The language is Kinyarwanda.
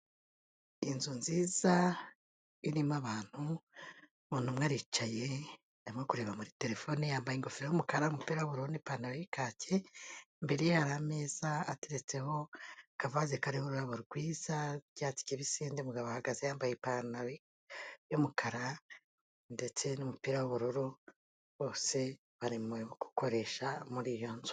Inzu nziza irimo abantu, umuntu umwe aricaye arimo kureba muri telefone. Yambaye ingofero y'umukara, umupira w'ubururu n'ipantaro y'ikaki. Imbere hari ameza ateretseho akavaza kariho ururabo rwiza rw'icyatsi kibisindi, undi mugabo ahagaze yambaye ipantaro y'umukara ndetse n'umupira w'ubururu. Bose barimo gukoresha muri iyo nzu.